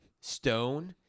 stone